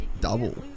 double